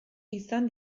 izan